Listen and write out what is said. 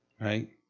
Right